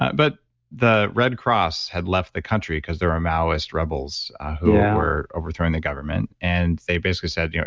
but but the red cross had left the country because there are maoist rebels who were overthrowing the government and they basically said, you know